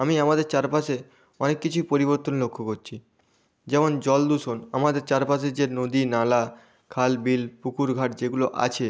আমি আমাদের চারপাশে অনেক কিছুই পরিবর্তন লক্ষ্য করছি যেমন জল দূষণ আমাদের চারপাশে যে নদী নালা খাল বিল পুকুর ঘাট যেগুলো আছে